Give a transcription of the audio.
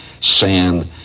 sand